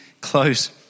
close